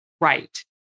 right